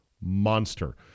monster